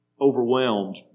overwhelmed